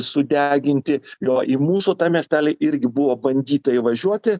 sudeginti jo į mūsų tą miestelį irgi buvo bandyta įvažiuoti